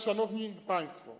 Szanowni Państwo!